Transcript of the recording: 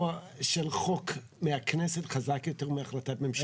של חוק מהכנסת חזק יותר מהחלטת ממשלה.